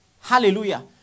hallelujah